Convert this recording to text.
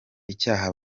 icyaha